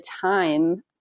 time